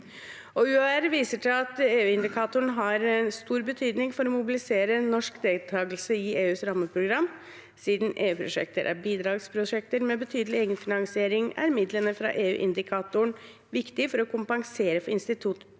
viser til at EU-indikatoren har stor betydning for å mobilisere norsk deltakelse i EUs rammeprogram. Siden EU-prosjekter er bidragsprosjekter med betydelig egenfinansiering, er midlene fra EUindikatoren viktige for å kompensere for institusjonenes